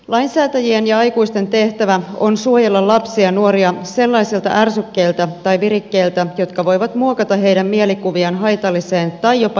lainsäätäjien ja aikuisten tehtävä on suojella lapsia ja nuoria sellaisilta ärsykkeiltä tai virikkeiltä jotka voivat muokata heidän mielikuviaan haitalliseen tai jopa itsetuhoiseen käyttäytymiseen